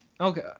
Okay